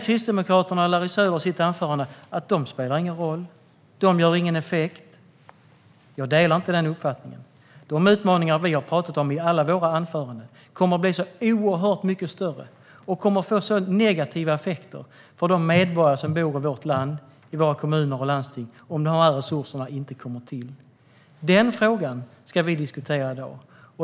Kristdemokraterna och Larry Söder i sitt anförande säger att de inte spelar någon roll och inte har någon effekt. Jag delar inte den uppfattningen. Om dessa resurser inte ges kommer de utmaningar vi har talat om i alla våra anföranden att bli oerhört mycket större, och effekterna på de medborgare som bor i vårt land - i våra kommuner och landsting - kommer att bli mycket negativa. Denna fråga ska vi diskutera i dag.